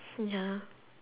ya